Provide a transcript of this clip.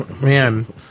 Man